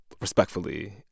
respectfully